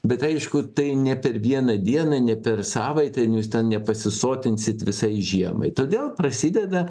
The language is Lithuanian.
bet aišku tai ne per vieną dieną ne per savaitę jūs ten nepasisotinsit visai žiemai todėl prasideda